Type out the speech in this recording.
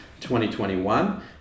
2021